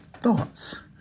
thoughts